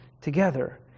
together